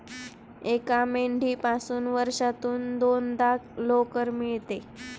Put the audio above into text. एका मेंढीपासून वर्षातून दोनदा लोकर मिळते